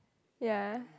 ya